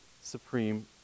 supreme